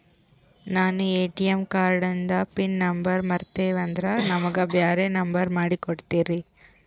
ನಾನು ಎ.ಟಿ.ಎಂ ಕಾರ್ಡಿಂದು pin number ಮರತೀವಂದ್ರ ನಮಗ ಬ್ಯಾರೆ ನಂಬರ್ ಮಾಡಿ ಕೊಡ್ತೀರಿ?